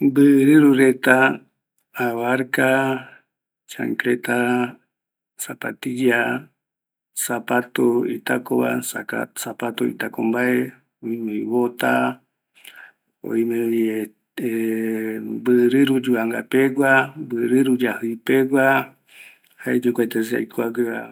Mbɨ rɨru reta, avarka, chancleta, zapatilla, zapatu itaco va, zapato itaco mbae, oimevi bota, oimyee mbɨ rɨru yuvanga pegua, mbɨ rɨɨru yajɨi pegua, jaeko kua yaikuagueva